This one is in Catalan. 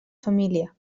família